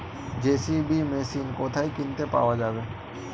JCB machine কোথায় কিনতে পাওয়া যাবে?